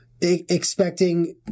expecting